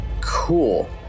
Cool